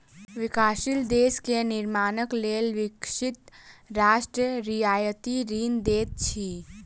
विकासशील देश के निर्माणक लेल विकसित राष्ट्र रियायती ऋण दैत अछि